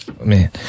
man